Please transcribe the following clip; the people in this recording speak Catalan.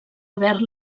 haver